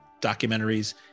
documentaries